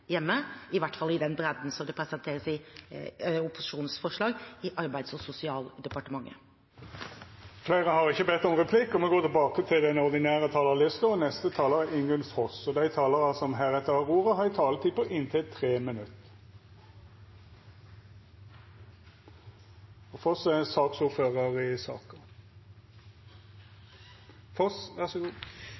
hjemme – i hvert fall i den bredden som det presenteres i opposisjonens forslag – i Arbeids- og sosialdepartementet. Replikkordskiftet er omme. Dei talarane som heretter får ordet, har ei taletid på inntil 3 minutt. Til